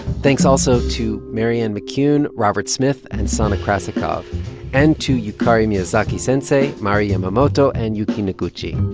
thanks also to marianne mccune, robert smith and sana krasikov and to yukari miyazaki sensei, mari yamamoto and yuki noguchi.